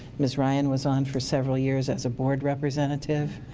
ms. ryan was on for several years as a board representative.